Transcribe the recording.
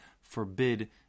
forbid